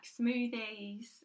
smoothies